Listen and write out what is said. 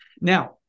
Now